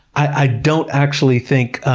i don't actually think